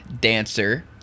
dancer